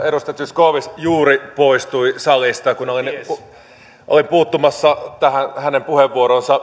edustaja zyskowicz juuri poistui salista kun olin olin puuttumassa tähän hänen puheenvuoroonsa